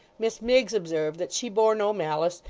miss miggs observed that she bore no malice,